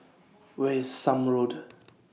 Where IS Somme Road